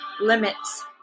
limits